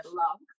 love